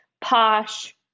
Posh